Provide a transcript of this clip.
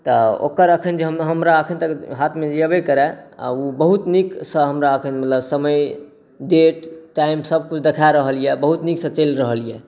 तऽ ओकर एखन जे हमरा एखन तक हाथमे छेबे करै आओर ओ बहुत नीकसँ हमरा एखन मतलब समय डेट टाइम सबकिछु देखा रहल अइ बहुत नीकसँ चलि रहल अइ